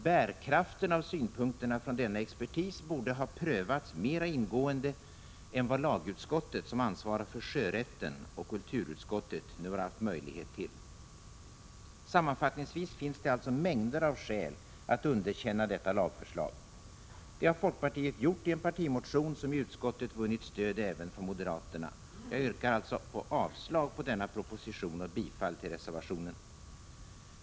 Bärkraften av synpunkterna från denna expertis borde ha prövats mer ingående än vad lagutskottet, som ansvarar för sjörätten, och kulturutskottet nu har haft möjlighet till. Sammanfattningsvis finns det alltså mängder av skäl för att underkänna detta lagförslag. Det har folkpartiet gjort i en partimotion, som i utskottet vunnit stöd även från moderaterna. Jag yrkar alltså avslag på denna proposition och bifall till reservationen.